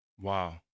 Wow